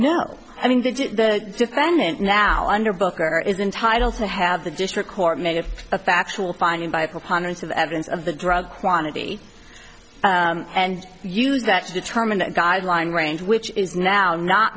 know i mean that the defendant now under booker is entitled to have the district court made if a factual finding by a preponderance of evidence of the drug quantity and use that to determine a guideline range which is now not